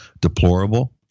deplorable